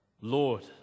Lord